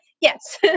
Yes